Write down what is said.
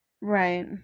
Right